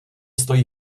stojí